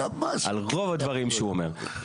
כמה --- על רוב הדברים שהוא אומר,